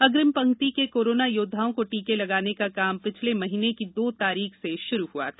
अग्रिम पंक्ति के कोरोना योद्वाओं को टीके लगाने का काम पिछले महीने की दो तारीख से शुरू हुआ था